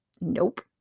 Nope